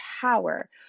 power